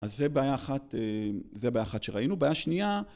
אז זה בעיה אחת, זה בעיה אחת שראינו, בעיה שנייה